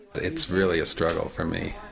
it's really a struggle for me.